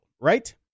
right